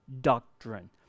doctrine